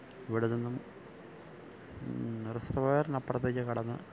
ഇവിടെനിന്നും റിസര്വേയറിന് അപ്പുറത്തേക്ക് കടന്ന്